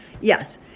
Yes